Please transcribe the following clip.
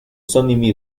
sony